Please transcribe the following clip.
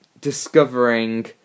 discovering